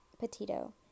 Petito